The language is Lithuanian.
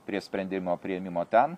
prie sprendimo priėmimo ten